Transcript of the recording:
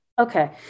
Okay